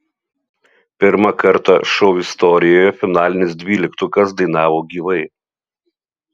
pirmą kartą šou istorijoje finalinis dvyliktukas dainavo gyvai